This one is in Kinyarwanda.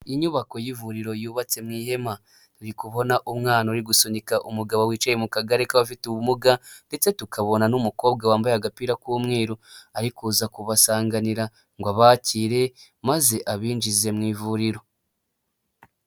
Inyubako y'ivuriro yubatse mu ihema. Turi kubona umwana uri gusunika umugabo wicaye mu kagare k'abafite ubumuga. Ndetse tukabona n'umukobwa wambaye agapira k'umweru, ari kuza kubasanganira ngo abakire, maze abinjize mu ivuriro.